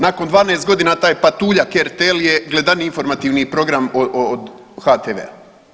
Nakon 12 godina taj patuljak RTL je gledaniji informativni program od HTV-a.